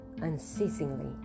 unceasingly